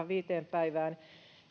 viiteen päivään